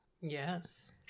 yes